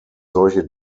solche